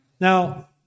Now